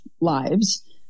lives